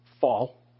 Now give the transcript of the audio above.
fall